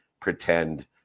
pretend